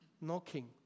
knocking